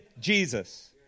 Jesus